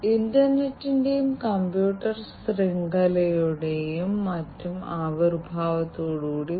രോഗിയെ നിരീക്ഷിക്കുന്ന physiological parameter മൂല്യത്തിന്റെ മൂല്യം അവർക്ക് കാണിക്കാൻ കഴിയും